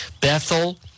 Bethel